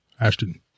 Ashton